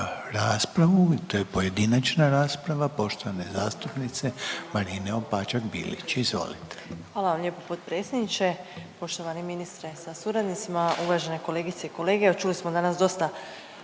raspravu, to je pojedinačna rasprava poštovane zastupnice Marine Opačak Bilić. Izvolite. **Opačak Bilić, Marina (Nezavisni)** Hvala vam lijepo potpredsjedniče. Poštovani ministre sa suradnicima, uvažene kolegice i kolege. Evo čuli smo danas dosta